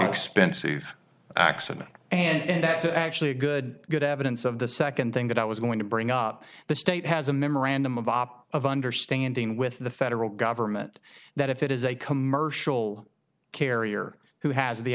expensive accident and that's actually a good good evidence of the second thing that i was going to bring up the state has a memorandum of op of understanding with the federal government that if it is a commercial carrier who has the